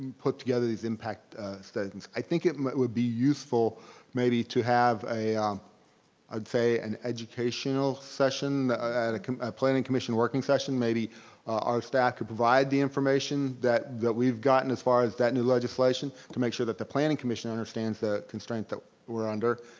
put together these impact statements. i think it would be useful maybe, to have a i'd say, an educational session, a planning committee working session. maybe our staff could provide the information that that we've gotten as far as that new legislation, to make sure that the planning commission understands the constraint that were under.